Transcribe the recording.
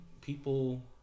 people